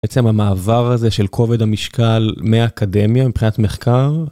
בעצם המעבר הזה של כובד המשקל מהאקדמיה מבחינת מחקר.